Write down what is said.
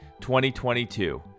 2022